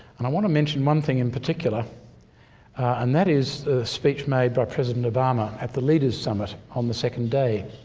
and i want to mention one thing in particular and that is the speech made by president obama at the leaders' summit on the second day.